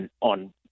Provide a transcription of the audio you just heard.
on